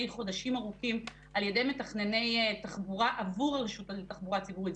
חודשים ארוכים על ידי מתכנני תחבורה עבור הרשות לתחבורה ציבורית,